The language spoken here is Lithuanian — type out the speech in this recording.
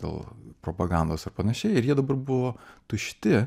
dėl propagandos ar panašiai ir jie dabar buvo tušti